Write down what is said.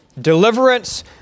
deliverance